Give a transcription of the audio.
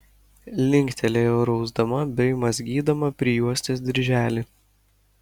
linktelėjo rausdama bei mazgydama prijuostės dirželį